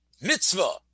mitzvah